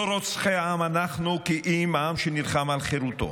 לא רוצחי עם אנחנו, כי אם עם שנלחם על חירותו,